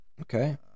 Okay